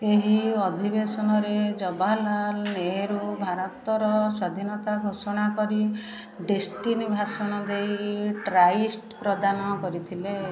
ଏହି ଅଧିବେଶନରେ ଜବାହରଲାଲ ନେହେରୁ ଭାରତର ସ୍ୱାଧୀନତା ଘୋଷଣା କରି ଡେଷ୍ଟିନି ଭାଷଣ ଦେଇ ଟ୍ରାଇଷ୍ଟ ପ୍ରଦାନ କରିଥିଲେ